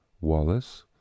Wallace